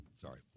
Sorry